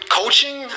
coaching